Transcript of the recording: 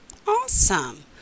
Awesome